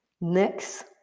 Next